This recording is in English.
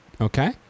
Okay